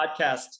podcast